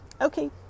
Okay